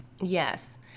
Yes